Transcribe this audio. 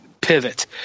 pivot